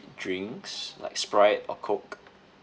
drinks like sprite or coke